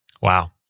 Wow